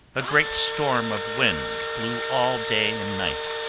a great storm of wind blew all day and night.